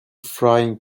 frying